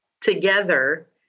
together